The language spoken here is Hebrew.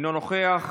אינו נוכח,